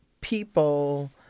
people